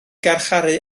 garcharu